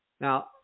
Now